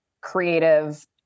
creative